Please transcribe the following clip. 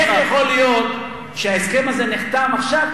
כולם שואלים איך יכול להיות שההסכם הזה נחתם עכשיו,